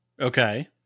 Okay